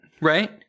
right